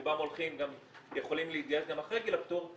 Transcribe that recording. רובם יכולים להתגייס גם אחרי גיל הפטור,